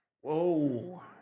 Whoa